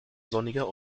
sonniger